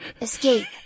escape